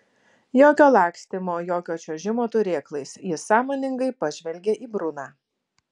jokio lakstymo jokio čiuožimo turėklais jis sąmoningai pažvelgė į bruną